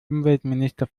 umweltminister